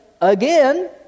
again